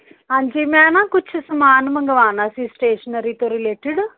ਹਾਂਜੀ ਮੈਂ ਨਾ ਕੁਛ ਸਮਾਨ ਮੰਗਵਾਉਣਾ ਸੀ ਸਟੇਸ਼ਨਰੀ ਤੋਂ ਰਿਲੇਟਡ